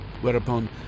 whereupon